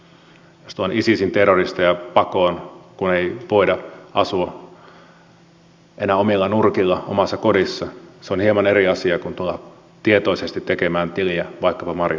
jos tullaan isisin terroristeja pakoon kun ei voida asua enää omilla nurkilla omassa kodissa se on hieman eri asia kuin tulla tietoisesti tekemään tiliä vaikkapa marjanpoiminnalla